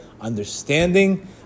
understanding